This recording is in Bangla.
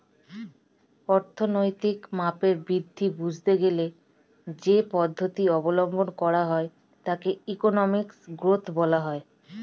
অর্থনৈতিক মাপের বৃদ্ধি বুঝতে গেলে যেই পদ্ধতি অবলম্বন করা হয় তাকে ইকোনমিক গ্রোথ বলা হয়